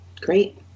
great